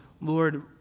Lord